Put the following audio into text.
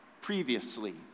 previously